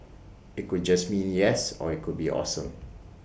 IT could just mean yes or IT could be awesome